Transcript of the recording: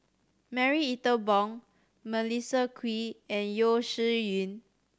Marie Ethel Bong Melissa Kwee and Yeo Shih Yun